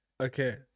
okay